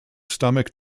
stomach